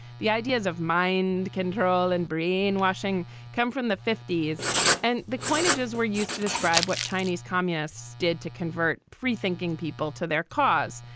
the ideas of mind control and brainwashing come from the fifty and the coinages were used to describe what chinese communists did to convert freethinking people to their cause.